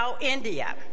India